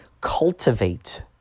cultivate